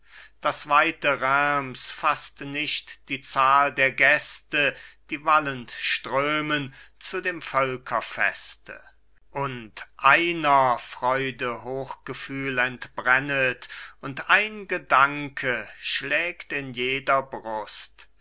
das weite reims faßt nicht die zahl der gäste die wallend strömen zu dem völkerfeste und einer freude hochgefühl entbrennet und ein gedanke schlägt in jeder brust